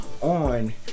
on